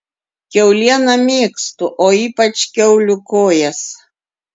kiaulieną mėgstu o ypač kiaulių kojas